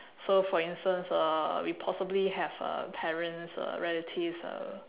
so for instance uh we possibly have uh parents uh relatives uh